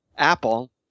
Apple